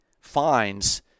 finds